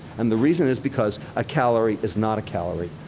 and the reason is because a calorie is not a calorie.